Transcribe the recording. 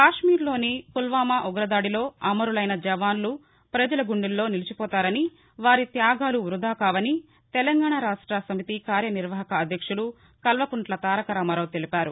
కశ్నీర్లోని పుల్వామా ఉగ్రదాడిలో అమరులైన జవాన్లు పజల గుండెల్లో నిలిచిపోతారని వారి త్యాగాలు వృథా కావని తెలంగాణ రాష్ట సమితి కార్యనిర్వాహక అధ్యక్షులు కల్వకుంట్ల తారకరామారావు తెలిపారు